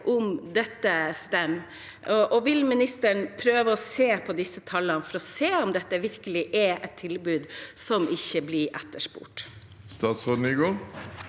om dette stemmer? Vil ministeren prøve å se på disse tallene for å se om dette virkelig er et tilbud som ikke blir etterspurt? Statsråd